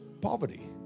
Poverty